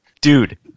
dude